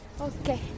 Okay